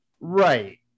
right